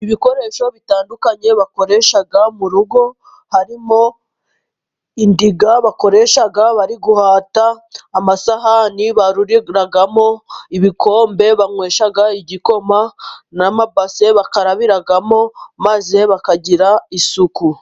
Ibikoresho bitandukanye bakoresha mu rugo, harimo indiga bakoresha bari guhata, amasahani baruririramo, ibikombe banywesha igikoma n'amabase bakarabiramo, maze bakagira isuku.